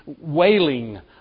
wailing